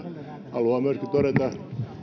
haluan myöskin todeta